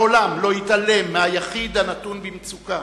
מעולם לא התעלם מהיחיד הנתון במצוקה.